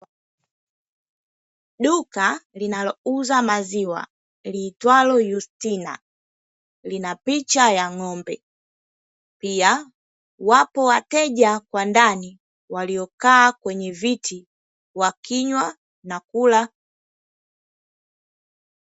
Duka linalouza maziwa liitwalo "YUSTINA", lina picha ya ng'ombe. Pia wapo wateja kwa ndani waliokaa kwenye viti, wakinywa na kula.